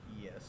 Yes